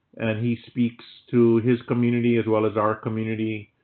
he speaks to his community as well as our community